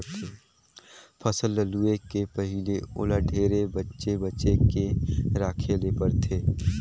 फसल ल लूए के पहिले ओला ढेरे बचे बचे के राखे ले परथे